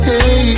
Hey